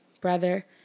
brother